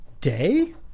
day